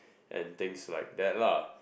and thinks like that lah